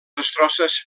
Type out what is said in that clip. destrosses